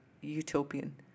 utopian